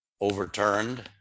overturned